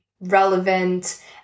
relevant